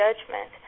judgment